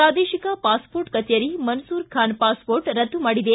ಪ್ರಾದೇಶಿಕ ಪಾಸ್ಮೋರ್ಟ್ ಕಚೇರಿ ಮನ್ಸೂರ್ ಖಾನ್ ಪಾಸ್ಮೋರ್ಟ್ ರದ್ದು ಮಾಡಿದೆ